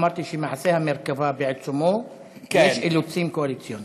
אמרתי שבמעשה המרכבה בעיצומו כי יש אילוצים קואליציוניים.